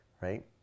right